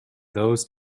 those